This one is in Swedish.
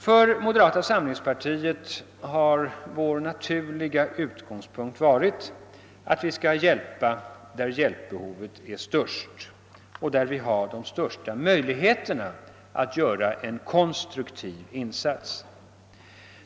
För moderata samlingspartiet har den naturliga utgångspunkten varit att vi skall hjälpa där hjälpbehovet är störst och där vi har de största möjligheterna att göra en konstruktiv insats.